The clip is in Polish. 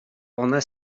one